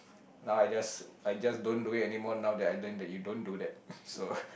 now I just I just don't it anymore now that I learn that you don't do that so